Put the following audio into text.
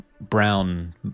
brown